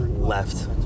Left